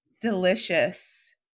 delicious